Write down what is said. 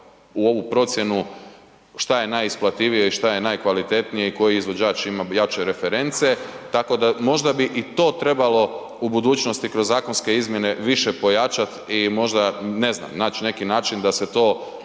u ovu procjenu šta je najisplativije i šta je najkvalitetnije i koji izvođač ima jače reference tako da možda bi i to trebalo u budućnosti kroz zakonske izmjene više pojačat i možda ne znam naći neki način da se to